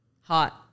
Hot